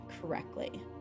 correctly